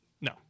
No